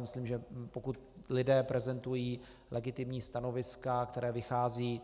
Myslím si, že pokud lidé prezentují legitimní stanoviska, která vycházejí